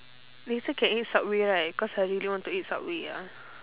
later can eat subway right cause I really want to eat subway ah